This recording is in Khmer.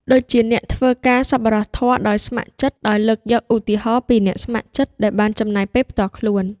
ដូចជា អ្នកធ្វើការសប្បុរសធម៌ដោយស្ម័គ្រចិត្ត ដោយលើកយកឧទាហរណ៍ពីអ្នកស្ម័គ្រចិត្តដែលបានចំណាយពេលផ្ទាល់ខ្លួន។